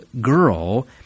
girl